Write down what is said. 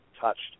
touched